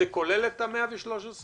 האם זה כולל 113?